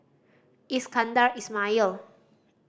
Iskandar Ismail